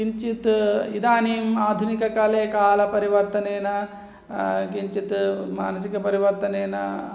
किञ्चित् इदानीम् आधुनिककाले कालपरिवर्तनेन किञ्चित् मानसिकपरिवर्तनेन